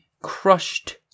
crushed